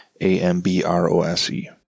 A-M-B-R-O-S-E